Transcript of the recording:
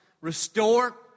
Restore